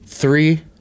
Three